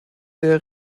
der